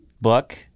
book